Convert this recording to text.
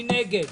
מי נגד,